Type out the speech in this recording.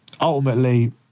ultimately